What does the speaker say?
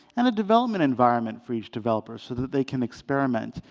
and a development environment for each developer, so that they can experiment.